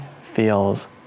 feels